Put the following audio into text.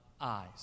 eyes